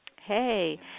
Hey